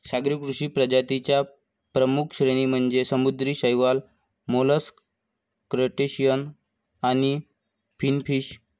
सागरी कृषी प्रजातीं च्या प्रमुख श्रेणी म्हणजे समुद्री शैवाल, मोलस्क, क्रस्टेशियन आणि फिनफिश